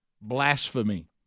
Blasphemy